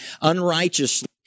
unrighteously